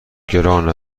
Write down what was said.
گران